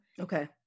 Okay